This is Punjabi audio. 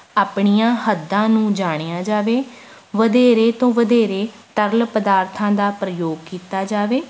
ਆਪਣੀਆਂ ਹੱਦਾਂ ਨੂੰ ਜਾਣਿਆ ਜਾਵੇ ਵਧੇਰੇ ਤੋਂ ਵਧੇਰੇ ਤਰਲ ਪਦਾਰਥਾਂ ਦਾ ਪ੍ਰਯੋਗ ਕੀਤਾ ਜਾਵੇ